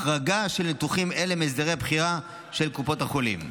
החרגה של ניתוחים אלה מהסדרי הבחירה של קופות החולים.